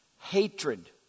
Hatred